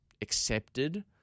accepted